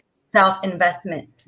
self-investment